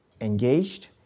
engaged